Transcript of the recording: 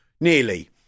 nearly